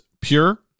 pure